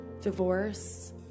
divorce